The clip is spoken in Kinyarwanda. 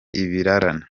ibirarane